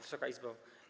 Wysoka Izbo!